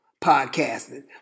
podcasting